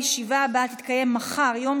הישיבה הבאה תתקיים מחר, יום